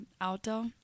auto